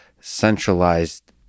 centralized